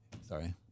sorry